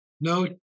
no